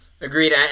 Agreed